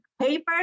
paper